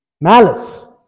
Malice